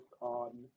on